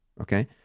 okay